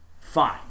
Fine